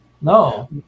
No